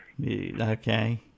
Okay